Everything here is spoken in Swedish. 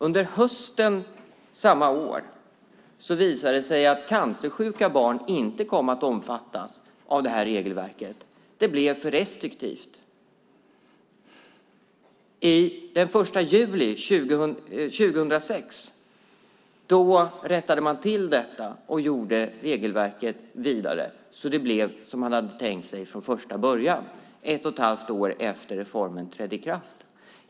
Under hösten samma år visade det sig att cancersjuka barn inte kom att omfattas av det här regelverket. Det blev för restriktivt. Den 1 juli 2006 rättade man till detta och gjorde regelverket vidare, så att det blev som man hade tänkt sig från första början, ett och ett halvt år efter att reformen trädde i kraft.